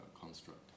construct